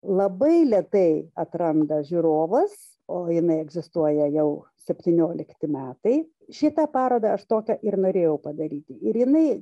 labai lėtai atranda žiūrovas o jinai egzistuoja jau septyniolikti metai šitą parodą aš tokią ir norėjau padaryti ir jinai